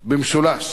במשולש,